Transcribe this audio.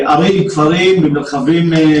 לכל אורכו להרחיק כמובן את הבנייה הבלתי חוקית במרחבים האלה.